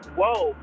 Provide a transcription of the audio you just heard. whoa